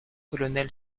colonel